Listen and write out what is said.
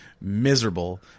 miserable